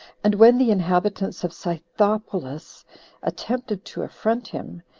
and when the inhabitants of scythopolis attempted to affront him,